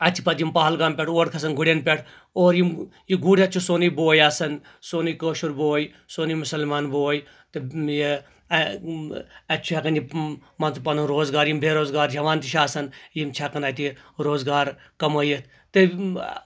اتہِ چھِ پَتہٕ یِم پہلگام پٮ۪ٹھ اور کھسان گُرٮ۪ن پٮ۪ٹھ اور یِم یہِ گُر ہیٚتھ چھِ سونٕے بوے آسان سونٕے کٲشُر بوے سونٕے مُٮسلمان بوے تہٕ یہِ اَتہِ چھُ ہیٚکان یہِ مان ژٕ پَنُن یہِ روزگار یِم بےروزگار جوان تہِ چھِ آسان یِم چھِ ہیٚکان اَتہِ روزگار کَمٲوِتھ تمہِ